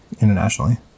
internationally